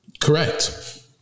Correct